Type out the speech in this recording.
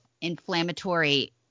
inflammatory